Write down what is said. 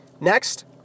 Next